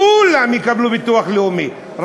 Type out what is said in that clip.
כולם יקבלו ביטוח לאומי,